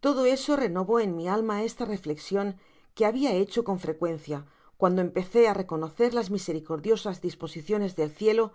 todo eso renovó en mi afina esta reflexion que habia hecho con frecuencia cuando empecé á conocer las misericordiosas'disposiciones decieló c